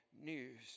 news